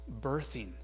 birthing